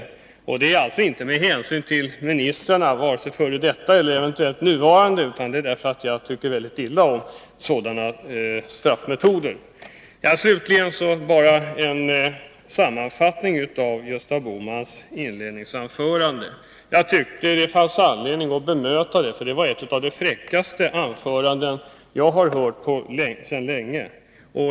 Den inställningen har jag inte av hänsyn till ministrarna — det må gälla f. d. eller nuvarande ministrar — utan därför att jag tycker väldigt illa om sådana straffmetoder. Slutligen vill jag göra en sammanfattning av Gösta Bohmans huvudanförande. Jag tyckte att det fanns anledning att bemöta det, för det var ett av de fräckaste anföranden jag hört på länge.